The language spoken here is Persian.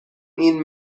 این